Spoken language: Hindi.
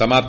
समाप्त